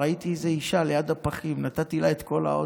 ראיתי איזה אישה ליד הפחים ונתתי לה את כל העודף.